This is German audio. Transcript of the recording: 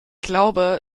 glaube